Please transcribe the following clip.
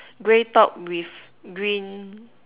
grey top with green